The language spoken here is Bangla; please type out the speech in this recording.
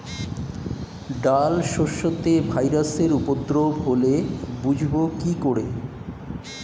ডাল শস্যতে ভাইরাসের উপদ্রব হলে বুঝবো কি করে?